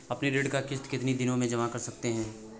अपनी ऋण का किश्त कितनी दिनों तक जमा कर सकते हैं?